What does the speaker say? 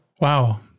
Wow